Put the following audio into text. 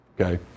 Okay